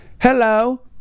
hello